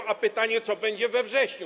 A jest pytanie, co będzie we wrześniu.